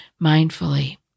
mindfully